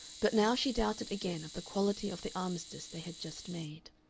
but now she doubted again of the quality of the armistice they had just made.